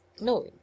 no